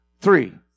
three